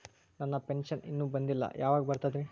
ನನ್ನ ಪೆನ್ಶನ್ ಇನ್ನೂ ಬಂದಿಲ್ಲ ಯಾವಾಗ ಬರ್ತದ್ರಿ?